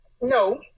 No